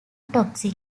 toxic